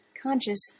Conscious